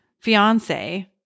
fiance